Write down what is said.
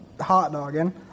hot-dogging